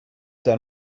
done